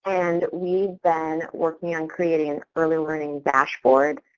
and we've been working on creating an early learning dashboard,